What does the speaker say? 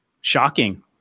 shocking